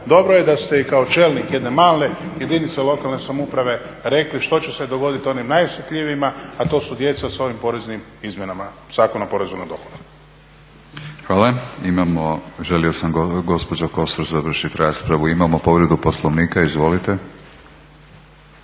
dobro je da ste i kao čelnik jedne male jedinice lokalne samouprave rekli što će se dogoditi onim najosjetljivijima, a to su djeca sa ovim poreznim izmjenama Zakona o porezu na dohodak. **Batinić, Milorad (HNS)** Hvala. Imamo, želio sam gospođo Kosor završiti raspravu. Imamo povredu Poslovnika, izvolite.